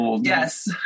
Yes